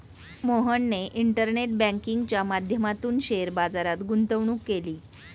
मोहनने इंटरनेट बँकिंगच्या माध्यमातून शेअर बाजारात गुंतवणूक केली